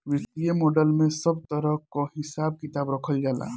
वित्तीय मॉडल में सब तरह कअ हिसाब किताब रखल जाला